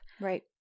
Right